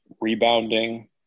rebounding